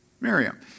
Miriam